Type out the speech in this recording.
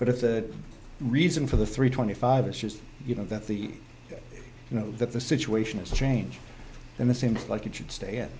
but if the reason for the three twenty five is just you know that the you know that the situation is changing in the seems like it should stay at